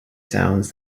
sounds